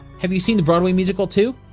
have you seen the broadway musical, too?